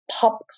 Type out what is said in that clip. pop